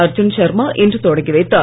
அர்ஜுன் சர்மா இன்று தொடங்கி வைத்தார்